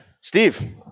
Steve